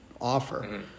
offer